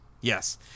Yes